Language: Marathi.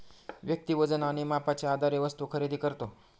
व्यक्ती वजन आणि मापाच्या आधारे वस्तू खरेदी करतो